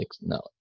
No